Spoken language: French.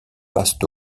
passent